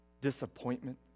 disappointment